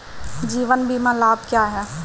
जीवन बीमा लाभ क्या हैं?